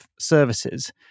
services